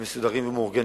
הם מסודרים ומאורגנים,